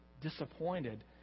disappointed